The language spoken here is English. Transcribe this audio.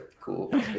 cool